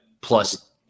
plus